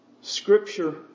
Scripture